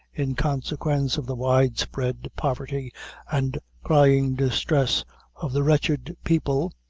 in consequence of the wide-spread poverty and crying distress of the wretched people,